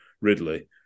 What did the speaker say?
Ridley